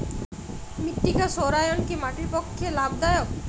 মৃত্তিকা সৌরায়ন কি মাটির পক্ষে লাভদায়ক?